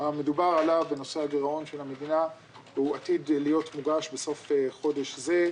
המדובר עליו בנושא הגרעון של המדינה הוא עתיד להיות מוגש בסוף חודש זה,